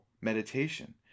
meditation